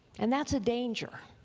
and that's a danger.